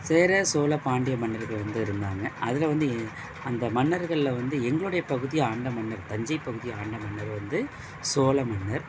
சேர சோழ பாண்டிய மன்னர்கள் வந்து இருந்தாங்க அதில் வந்து ஏ அந்த மன்னர்களில் வந்து எங்களுடையப் பகுதியை ஆண்ட மன்னர் தஞ்சைப் பகுதியை ஆண்ட மன்னர் வந்து சோழ மன்னர்